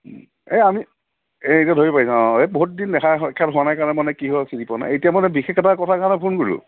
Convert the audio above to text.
এই আমি এই এতিয়া ধৰিব পাৰিছা অঁ এই বহুত দিন দেখা সোক্ষাৎ হোৱা নাই কাৰণে মানে নাই এতিয়া মানে বিশেষ এটা কথা কাৰণে ফোন কৰিলোঁ